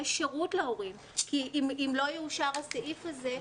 יש כאן שירות להורים כי אם לא יאושר הסעיף הזה,